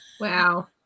Wow